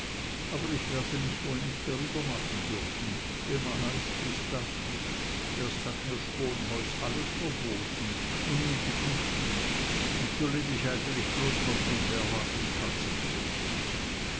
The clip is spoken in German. aber ich werde mich wohl nicht drüberher machen dürfen immer heißt es das nicht erst hat mir sponholz alles verboten und nu die buschen und so leb ich eigentlich bloß noch von bärlapp und katzenpfötchen